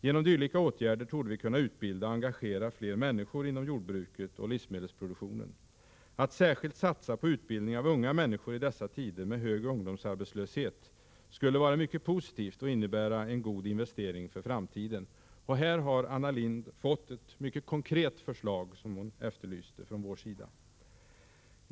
Genom dylika åtgärder torde vi kunna utbilda och engagera fler människor inom jordbruket och livsmedelsproduktionen. Att särskilt satsa på utbildning av unga människor i dessa tider med hög ungdomsarbetslöshet skulle vara mycket positivt och innebära en god investering för framtiden. Här har Anna Lindh fått ett mycket konkret förslag, vilket hon efterlyste från vår sida.